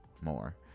more